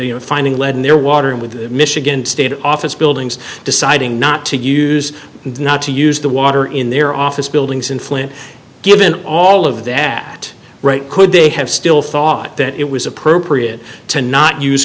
flynn finding lead in their water with the michigan state office buildings deciding not to use not to use the water in their office buildings in flint given all of that right could they have still thought that it was appropriate to not use